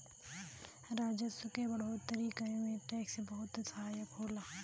राजस्व क बढ़ोतरी करे में टैक्स बहुत सहायक होला